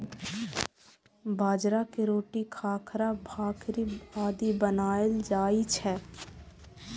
बाजरा के रोटी, खाखरा, भाकरी आदि बनाएल जाइ छै